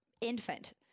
infant